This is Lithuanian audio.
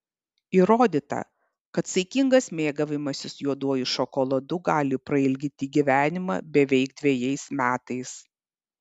įrodyta kad saikingas mėgavimasis juoduoju šokoladu gali pailginti gyvenimą beveik dvejais metais